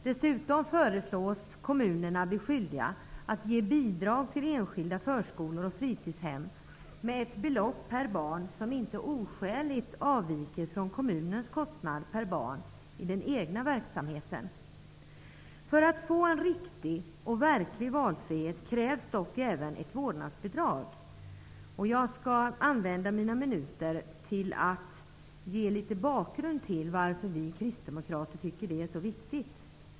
Dessutom föreslås kommunerna bli skyldiga att ge bidrag till enskilda förskolor och fritidshem med ett belopp per barn som inte oskäligt avviker från kommunens kostnad per barn i den egna verksamheten. För att få en riktig och verklig valfrihet krävs dock även ett vårdnadsbidrag. Jag skall använda mina minuter till att ge litet bakgrund till varför vi kristdemokrater tycker att det är så viktigt.